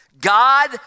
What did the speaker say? God